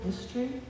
history